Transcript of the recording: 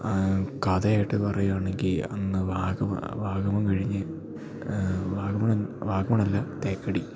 കഥയായിട്ട് പറയുകയാണെങ്കിൽ അന്ന് വാഗമൺ കഴിഞ്ഞ് വാഗമണും വാഗമണല്ല തേക്കടി